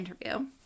interview